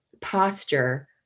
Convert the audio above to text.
posture